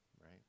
right